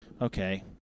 okay